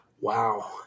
Wow